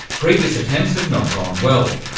previous attempts have not gone well,